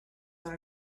not